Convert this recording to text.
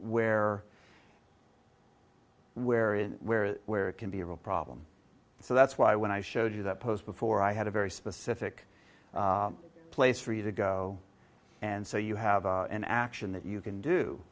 where where is where where it can be a real problem so that's why when i showed you that post before i had a very specific place for you to go and so you have an action that you can do